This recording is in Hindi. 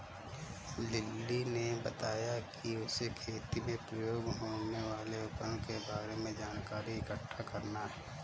लिली ने बताया कि उसे खेती में प्रयोग होने वाले उपकरण के बारे में जानकारी इकट्ठा करना है